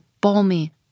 balmy